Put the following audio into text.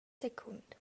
secund